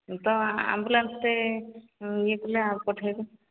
ତ ଆମ୍ବୁଲାନ୍ସରେେ ଇଏ କଲେ ଆଉ ପଠେଇବୁ